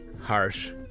harsh